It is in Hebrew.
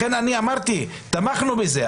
לכן אמרתי שתמכנו בזה,